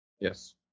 Yes